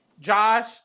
Josh